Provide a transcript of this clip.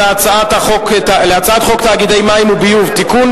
הצעת החוק הבאה היא: הצעת חוק תאגידי מים וביוב (תיקון,